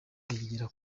yigira